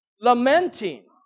lamenting